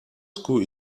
school